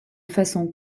façon